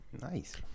Nice